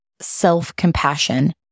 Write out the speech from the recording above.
self-compassion